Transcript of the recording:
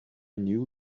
knew